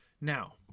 now